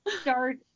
Start